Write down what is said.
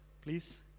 Please